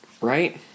right